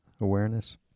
awareness